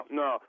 no